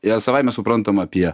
ir savaime suprantama apie